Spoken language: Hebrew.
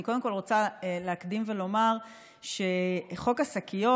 אני קודם כול רוצה להקדים ולומר שחוק השקיות,